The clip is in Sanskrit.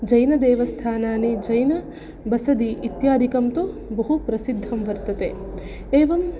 जैनदेवस्थानानि जैनबसदि इत्यादिकं तु बहु प्रसिद्धं वर्तते एवं